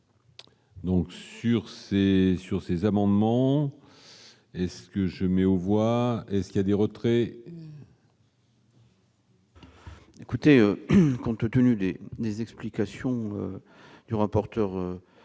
ces, sur ces amendements est-ce que je mets aux voix est-ce qu'il y a des retraits.